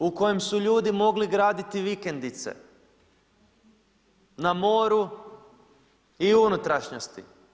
Sustav u kojem su ljudi mogli graditi vikendice na moru i u unutrašnjosti.